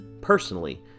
Personally